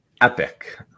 epic